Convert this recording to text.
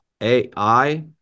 AI